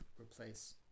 replace